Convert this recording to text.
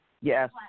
Yes